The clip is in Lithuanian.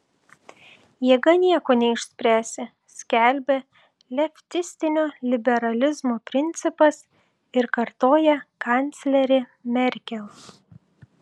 jėga nieko neišspręsi skelbia leftistinio liberalizmo principas ir kartoja kanclerė merkel